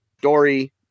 Dory